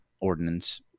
ordinance